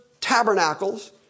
tabernacles